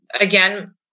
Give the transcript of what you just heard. again